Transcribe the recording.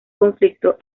conflicto